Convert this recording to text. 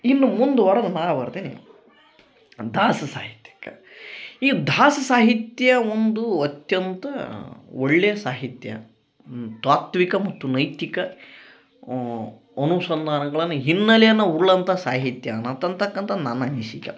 ಇನ್ನು ಮುಂದ್ವರೆದ ನಾ ಬರ್ದೆ ದಾಸ ಸಾಹಿತ್ಯಕ್ಕ ಈ ದಾಸ ಸಾಹಿತ್ಯ ಒಂದು ಅತ್ಯಂತ ಒಳ್ಳೆಯ ಸಾಹಿತ್ಯ ತಾತ್ವಿಕ ಮತ್ತು ನೈತಿಕ ಅನುಸಂಧಾನಗಳನ್ನ ಹಿನ್ನಲೆಯನ್ನ ಉಳ್ಳಂಥಾ ಸಾಹಿತ್ಯ ಅನತಂತಕ್ಕಂಥದ್ದು ನನ್ನ ಅನಿಸಿಕೆ